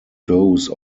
dose